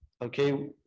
okay